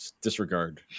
Disregard